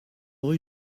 rue